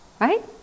Right